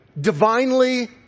divinely